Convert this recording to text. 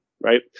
Right